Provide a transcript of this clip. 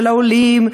של העולים,